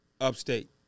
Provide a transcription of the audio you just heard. upstate